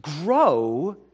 Grow